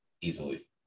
Easily